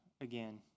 again